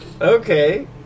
Okay